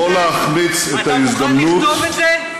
לא להחמיץ את ההזדמנות, אתה מוכן לכתוב את זה?